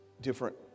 different